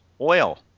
oil